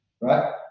right